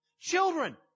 Children